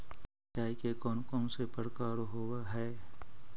सिंचाई के कौन कौन से प्रकार होब्है?